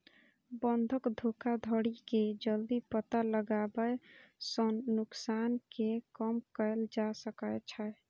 बंधक धोखाधड़ी के जल्दी पता लगाबै सं नुकसान कें कम कैल जा सकै छै